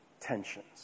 tensions